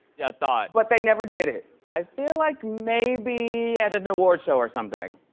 yeah, a thought. but they never did it. i feel like maybe at an awards show or something.